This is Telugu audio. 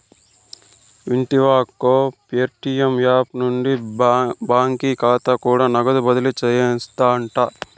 వింటివా అక్కో, ప్యేటియం యాపు నుండి బాకీ కాతా కూడా నగదు బదిలీ సేయొచ్చంట